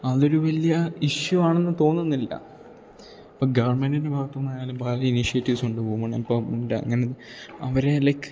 അതൊരു വലിയ ഇഷ്യു ആണെന്ന് തോന്നുന്നില്ല ഇപ്പം ഗവൺമെൻറിൻ്റെ ഭാഗത്തുനിന്നായാലും പല ഇനിഷിയേറ്റീവ്സ് ഉണ്ട് വുമൺ എംപവർമെൻറ് അങ്ങനെ അവരെ ലൈക്ക്